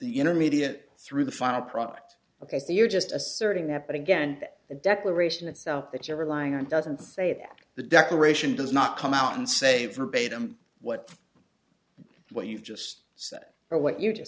intermediate through the final product ok so you're just asserting that but again the declaration itself that you're relying on doesn't say that the declaration does not come out and say verbatim what what you just said or what you